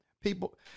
people